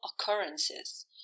occurrences